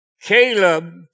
Caleb